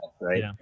Right